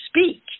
speak